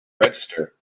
register